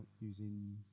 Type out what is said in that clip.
using